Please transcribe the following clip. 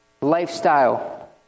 lifestyle